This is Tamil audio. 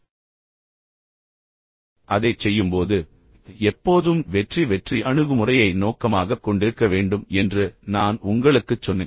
அதைச் செய்யும்போது கார்ப்பரேட் வகையான அணுகுமுறையைப் போலல்லாமல் எப்போதும் வெற்றி வெற்றி அணுகுமுறையை நோக்கமாகக் கொண்டிருக்க வேண்டும் என்று நான் உங்களுக்குச் சொன்னேன்